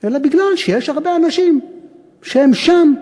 אלא בגלל שיש הרבה אנשים שהם שם.